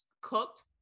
cooked